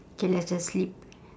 K let's just sleep